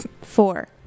Four